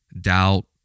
doubt